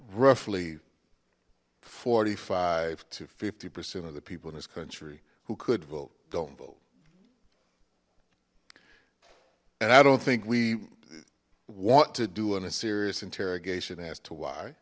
roughly forty five to fifty percent of the people in this country who could vote don't vote and i don't think we want to do on a serious interrogation as to why